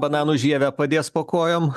bananų žievę padės po kojom